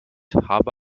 habe